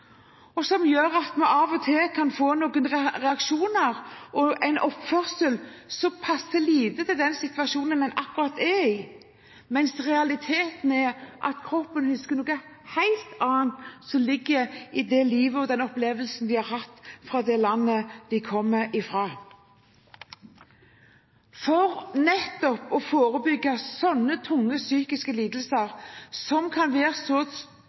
som gjør at vi av og til kan få noen reaksjoner og en oppførsel som passer lite til den situasjonen en akkurat er i. Realiteten er at kroppen husker noe helt annet, det som ligger i det livet og den opplevelsen de har hatt i det landet de kommer ifra. For å forebygge sånne tunge, psykiske lidelser som kan